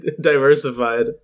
diversified